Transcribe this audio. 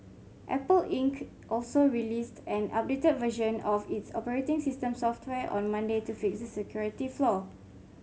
Apple Inc also released an updated version of its operating system software on Monday to fix the security flaw